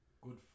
Good